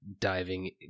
diving